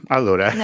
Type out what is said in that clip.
Allora